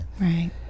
right